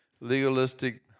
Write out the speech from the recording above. legalistic